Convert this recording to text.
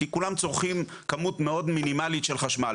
כי כולם צורכים כמות מאוד מינימלית של חשמל.